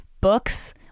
books